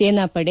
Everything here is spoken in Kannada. ಸೇನಾಪಡೆ